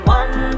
one